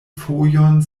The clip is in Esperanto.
fojon